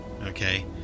okay